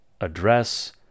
address